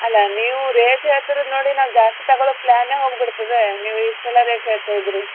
ಅಲ್ಲ ನೀವು ರೇಟ್ ಹೇಳ್ತಿರೋದು ನೋಡಿ ನಾವು ಜಾಸ್ತಿ ತೊಗೊಳೋ ಪ್ಲಾನೇ ಹೋಗ್ಬಿಡ್ತದೆ ನೀವು ಇಷ್ಟೆಲ್ಲ ರೇಟ್ ಹೇಳ್ತ ಇದ್ದೀರಿ